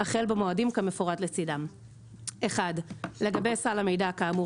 החל במועדים כמפורט לצידם - (1)לגבי סל המידע כאמור